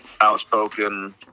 outspoken